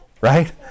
right